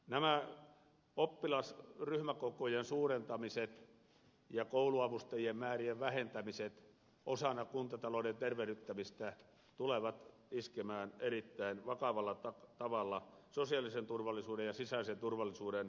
nämä oppilasryhmäkokojen suurentamiset ja kouluavustajien määrien vähentämiset osana kuntatalouden tervehdyttämistä tulevat iskemään erittäin vakavalla tavalla sosiaalisen turvallisuuden ja sisäisen turvallisuuden kannalta vastaan